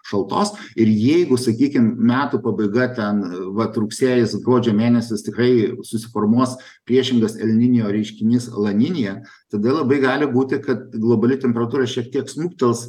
šaltos ir jeigu sakykim metų pabaiga ten vat rugsėjis gruodžio mėnesis tikrai susiformuos priešingas el ninio reiškinys la ninija tada labai gali būti kad globali temperatūra šiek tiek smuktels